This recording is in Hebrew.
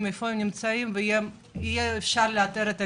איפה הם נמצאים ויהיה אפשר לאתר את המידע,